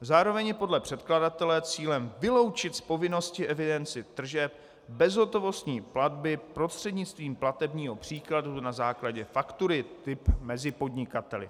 Zároveň je podle předkladatele cílem vyloučit z povinnosti evidence tržeb bezhotovostní platby prostřednictvím platebního příkazu na základě faktury typ mezi podnikateli.